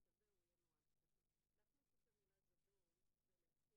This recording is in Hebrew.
ההגדרה של מהי התעמרות צריכה להיות הרבה יותר